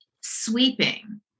sweeping